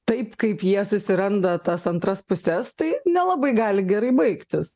taip kaip jie susiranda tas antras puses tai nelabai gali gerai baigtis